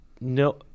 no